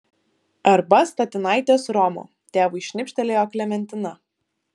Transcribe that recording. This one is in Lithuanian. arba statinaitės romo tėvui šnipštelėjo klementina